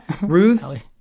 Ruth